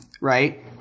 right